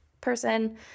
person